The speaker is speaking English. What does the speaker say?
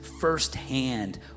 firsthand